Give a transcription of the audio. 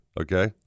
okay